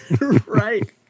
Right